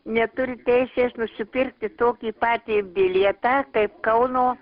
neturi teisės nusipirkti tokį patį bilietą kaip kauno